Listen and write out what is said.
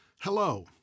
Hello